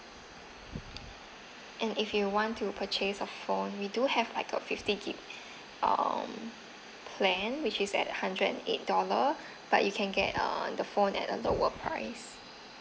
and if you want to purchase a phone we do have like a fifty gig um plan which is at hundred and eight dollar but you can get uh the phone at a lower price